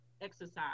exercise